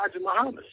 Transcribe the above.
Muhammad